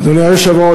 אדוני היושב-ראש,